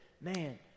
man